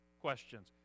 questions